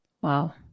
Wow